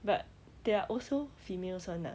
but there are also females [one] lah